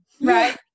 right